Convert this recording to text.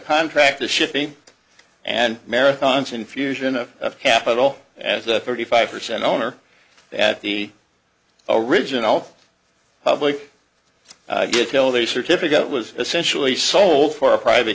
contract the shipping and marathons infusion of capital as the thirty five percent owner at the original public detail the certificate was essentially sold for a private